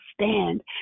stand